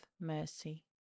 mercy